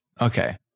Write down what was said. Okay